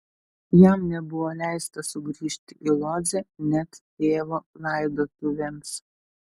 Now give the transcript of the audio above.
jam nebuvo leista sugrįžti į lodzę net tėvo laidotuvėms